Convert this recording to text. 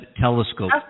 Telescope